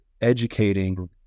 educating